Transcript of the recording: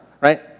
right